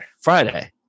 Friday